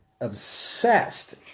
obsessed